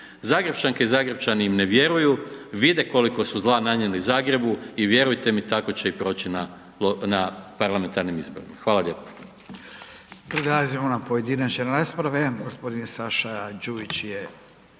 Zagrepčanke i Zagrepčani im ne vjeruju, vide koliko su zla nanijeli Zagrebu i vjerujte mi tako će i proći na parlamentarnim izborima. Hvala lijepo.